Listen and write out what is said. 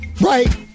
right